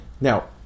now